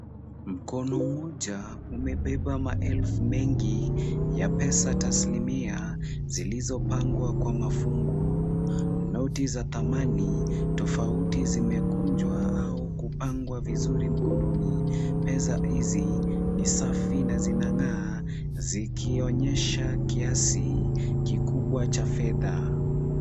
Mkono mmoja umebeba maelfu mengi ya pesa taslimia, zilizopangwa kwa mafungu. Noti za thamani tofauti zimekunjwa au kupangwa vizuri mkononi. Pesa hizi ni safi na zinang'aa, zikionyesha kiasi kikubwa cha fedha.